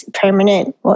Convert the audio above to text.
permanent